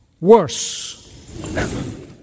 worse